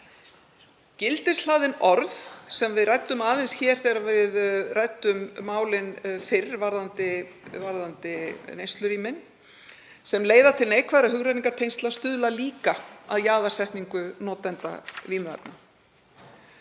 Gildishlaðin orð sem við ræddum aðeins hér þegar við ræddum málin fyrr varðandi neyslurýmin, sem leiða til neikvæðra hugrenningatengsla, stuðla líka að jaðarsetningu notenda vímuefna.